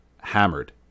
hammered